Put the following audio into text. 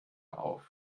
auf